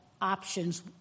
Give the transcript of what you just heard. options